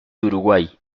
uruguay